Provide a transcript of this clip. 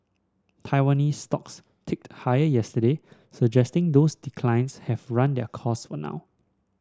Taiwanese stocks ticked higher yesterday suggesting those declines have run their course for now